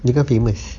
dia kan famous